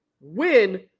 win